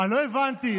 לא הבנתי,